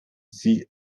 sie